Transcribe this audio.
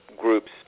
groups